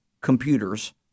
computers